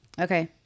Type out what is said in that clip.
Okay